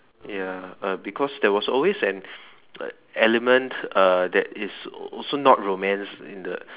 ya uh because there always an element uh that is always not romance in the